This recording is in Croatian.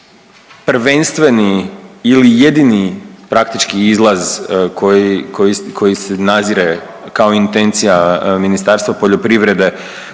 prvenstveni ili jedini praktički izlaz koji se nazire kao intencija Ministarstva poljoprivrede